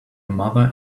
mother